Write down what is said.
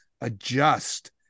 adjust